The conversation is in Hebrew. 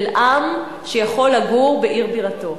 של עם שיכול לגור בעיר בירתו.